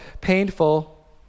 painful